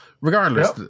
Regardless